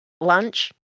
Lunch